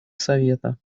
совета